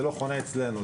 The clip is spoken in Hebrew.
זה לא חונה אצלנו,